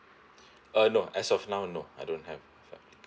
uh no as of now no I don't have